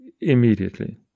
immediately